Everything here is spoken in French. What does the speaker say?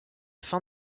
fin